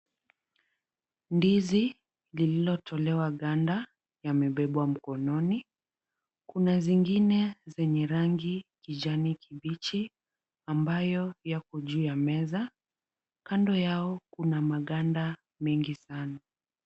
Ndizi lililotolewa ganda yamebebwa mkononi. Kuna zingine zenye rangi kijani kibichi ambayo yako juu ya meza. Kando yao kuna maganda mengi sana.